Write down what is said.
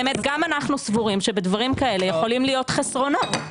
גם אנחנו סבורים שבדברים כאלה יכולים להיות חסרונות,